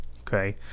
Okay